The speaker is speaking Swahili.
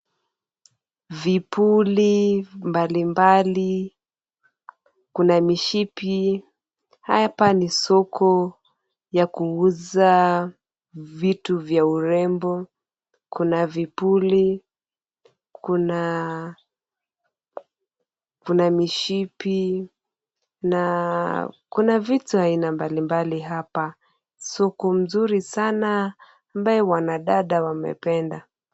Vipuli mbalimbali, kuna mishipi. Hapa ni soko ya kuuza vitu vya urembo. Kuna vipuli, kuna mishipi na kuna vitu aina mbalimbali hapa. Soko nzuri sana ambayo wanadada wamependa.